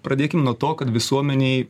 pradėkim nuo to kad visuomenei